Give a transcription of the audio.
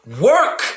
Work